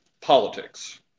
politics